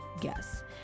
guess